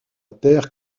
terre